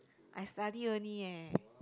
I study only eh